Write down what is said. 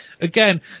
Again